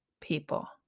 people